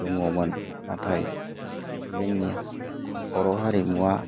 दङमोन नाथाय जोंनिया बर' हारिमुआ